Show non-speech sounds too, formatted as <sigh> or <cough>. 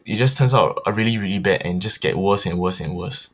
it just turns out uh really really bad just get worse and worse and worse <breath>